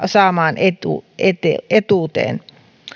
saamaan etuuteen